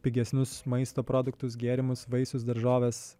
pigesnius maisto produktus gėrimus vaisius daržoves